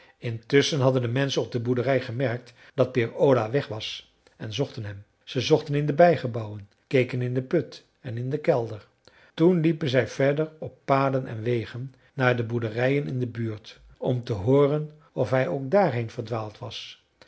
intusschen hadden de menschen op de boerderij gemerkt dat peer ola weg was en zochten hem ze zochten in de bijgebouwen keken in den put en in den kelder toen liepen zij verder op paden en wegen naar de boerderijen in de buurt om te hooren of hij ook daarheen verdwaald was